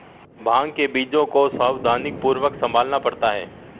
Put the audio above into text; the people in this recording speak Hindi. भांग के बीजों को सावधानीपूर्वक संभालना पड़ता है